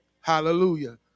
Hallelujah